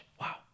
wow